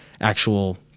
actual